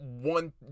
one